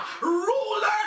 ruler